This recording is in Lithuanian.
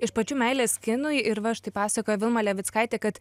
iš pačių meilės kinui ir va štai pasakoja vilma levickaitė kad